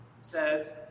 says